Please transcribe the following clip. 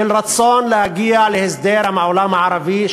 של רצון להגיע להסדר עם העולם הערבי,